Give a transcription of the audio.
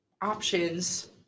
options